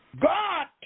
God